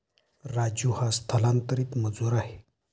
राजू हा स्थलांतरित मजूर आहे